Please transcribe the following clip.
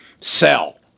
sell